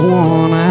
one